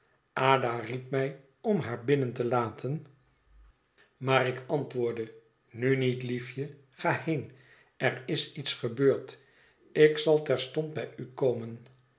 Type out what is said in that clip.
ada riep mij om haar binnen te laten maar ik antwoordde nu niet liefje ga heen er is iets gebeurd ik zal terstond bij u komen